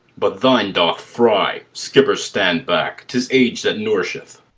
but thine doth fry. skipper, stand back tis age that nourisheth.